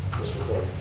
this report,